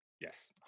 Yes